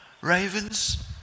Ravens